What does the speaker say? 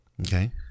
Okay